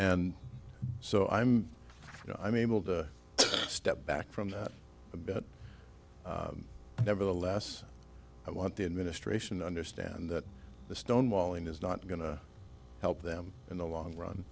and so i'm i'm able to step back from that a bit nevertheless i want the administration understand that the stonewalling is not going to help them in the long run